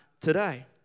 today